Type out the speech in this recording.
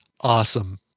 awesome